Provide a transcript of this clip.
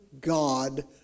God